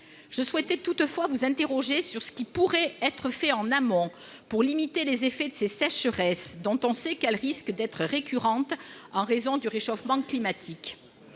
Je souhaitais toutefois vous interroger sur ce qui pourrait être fait en amont pour limiter les effets de ces sécheresses, qui, on le sait, risquent d'être récurrentes en raison du réchauffement climatique.